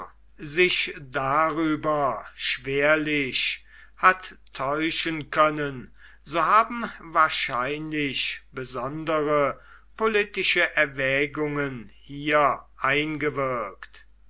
sich darüber schwerlich hat täuschen können so haben wahrscheinlich besondere politische erwägungen hier eingewirkt